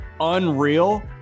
unreal